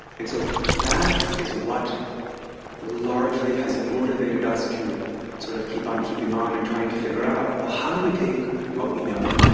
and so that is what largely has motivated us to sort of keep on keeping on and trying to figure out, well, how do we take what we know